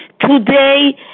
Today